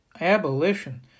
abolition